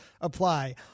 apply